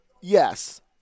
yes